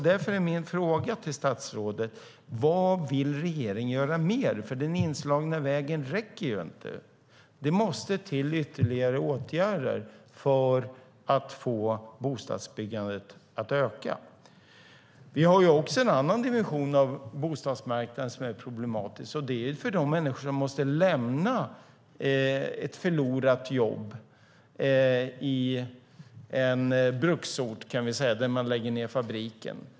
Därför är min fråga till statsrådet: Vad vill regeringen göra mer? Den inslagna vägen räcker ju inte. Det måste till ytterligare åtgärder för att få bostadsbyggandet att öka. Det finns också en annan dimension av bostadsmarknaden som är problematisk. Det är för de människor som måste lämna ett förlorat jobb i en bruksort till exempel där man lägger ned fabriken.